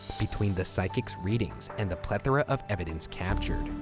between the psychic's readings and the plethora of evidence captured,